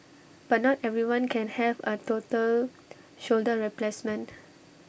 but not everyone can have A total shoulder replacement